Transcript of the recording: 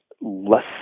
less